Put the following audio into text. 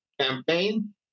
campaign